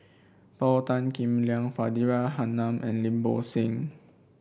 Paul Tan Kim Liang Faridah Hanum and Lim Bo Seng